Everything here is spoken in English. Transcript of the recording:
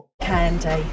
Candy